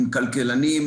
כלכלנים,